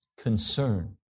concern